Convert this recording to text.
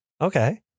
Okay